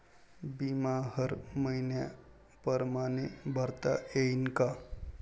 बिमा हर मइन्या परमाने भरता येऊन का?